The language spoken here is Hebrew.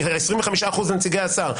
25% זה נציגי השר.